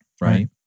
right